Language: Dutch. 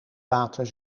water